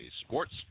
Sports